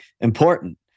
important